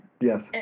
Yes